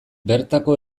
bertako